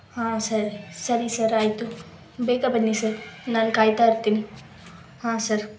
ಹಾಂ ಸರ್ ಸರಿ ಸರ್ ಆಯಿತು ಬೇಗ ಬನ್ನಿ ಸರ್ ನಾನು ಕಾಯ್ತಾ ಇರ್ತೀನಿ ಹಾಂ ಸರ್